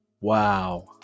Wow